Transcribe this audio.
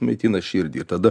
maitina širdį ir tada